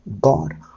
god